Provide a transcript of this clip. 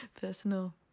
personal